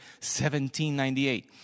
1798